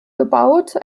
gebaut